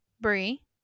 Brie